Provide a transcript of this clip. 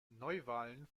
neuwahlen